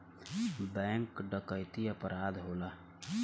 bank डकैती अपराध होला